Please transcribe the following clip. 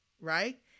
right